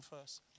first